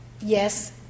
Yes